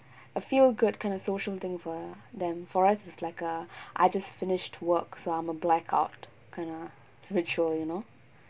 a feel good kind of social thing for them for us is like uh I just finished work so imma black out kinda ritual you know